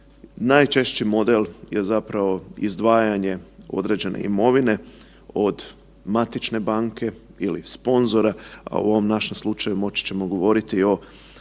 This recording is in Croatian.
Najčešći model je zapravo izdvajanje određene imovine od matične banke ili sponzora, a u ovom našem slučaju moći ćemo govoriti o